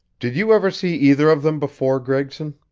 did you ever see either of them before, gregson?